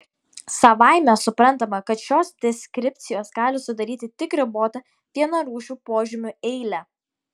savaime suprantama kad šios deskripcijos gali sudaryti tik ribotą vienarūšių požymių eilę